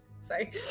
Sorry